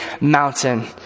mountain